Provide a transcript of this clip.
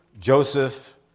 Joseph